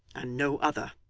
and no other